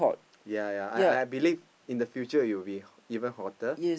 ya ya I I believe in the future it will be even hotter